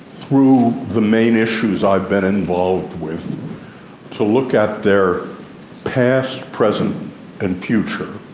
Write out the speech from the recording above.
through the main issues i've been involved with to look at their past, present and future.